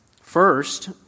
First